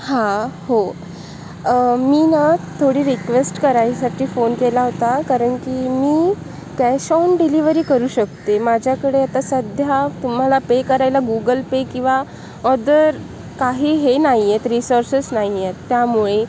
हां हो मी ना थोडी रिक्वेस्ट करायसाठी फोन केला होता कारणकी मी कॅश ऑन डिलिवरी करू शकते माझ्याकडे आता सध्या तुम्हाला पे करायला गुगल पे किंवा अदर काही हे नाही आहेत रिसोर्सेस नाही आहेत त्यामुळे